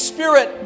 Spirit